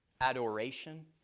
adoration